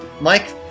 Mike